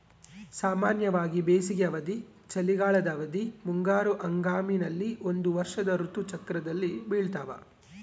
ಸಾಮಾನ್ಯವಾಗಿ ಬೇಸಿಗೆ ಅವಧಿ, ಚಳಿಗಾಲದ ಅವಧಿ, ಮುಂಗಾರು ಹಂಗಾಮಿನಲ್ಲಿ ಒಂದು ವರ್ಷದ ಋತು ಚಕ್ರದಲ್ಲಿ ಬೆಳ್ತಾವ